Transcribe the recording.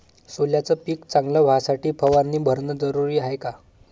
सोल्याचं पिक चांगलं व्हासाठी फवारणी भरनं जरुरी हाये का?